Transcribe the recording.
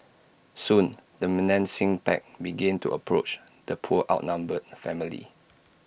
soon the menacing pack began to approach the poor outnumbered family